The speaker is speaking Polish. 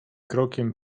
krokiem